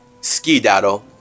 ski-daddle